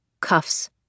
cuffs